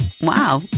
Wow